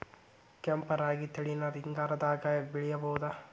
ಕೆಂಪ ರಾಗಿ ತಳಿನ ಹಿಂಗಾರದಾಗ ಬೆಳಿಬಹುದ?